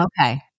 Okay